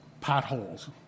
potholes